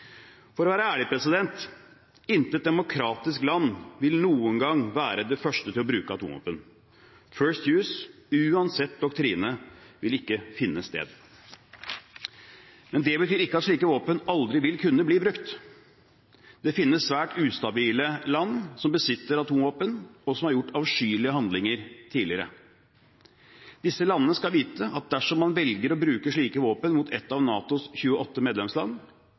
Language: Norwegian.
For å være ærlig: Intet demokratisk land vil noen gang være det første til å bruke atomvåpen. «First use», uansett doktrine, vil ikke finne sted. Men det betyr ikke at slike våpen aldri vil kunne bli brukt. Det finnes svært ustabile land som besitter atomvåpen, og som har gjort avskyelige handlinger tidligere. Disse landene skal vite at dersom man velger å bruke slike våpen mot et av NATOs 28 medlemsland,